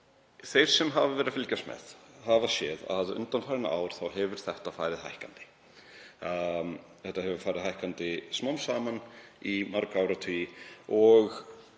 Þeir sem hafa verið að fylgjast með hafa séð að undanfarin ár hefur hlutfallið farið hækkandi og hefur farið hækkandi smám saman í marga áratugi.